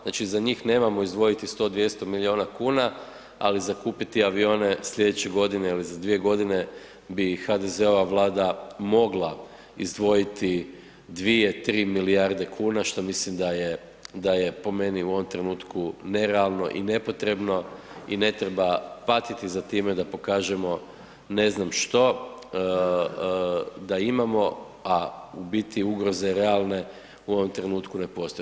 Znači za njih nemamo izdvojiti 100, 200 milijuna kuna, ali za kupiti avione sljedeće godine ili za dvije godine bi HDZ-ova Vlada mogla izdvojiti 2, 3 milijarde kuna što mislim da je po meni u ovom trenutku nerealno i nepotrebno i ne treba patiti za time da pokažemo ne znam što da imamo, a u biti ugroze realne u ovom trenutku ne postoje.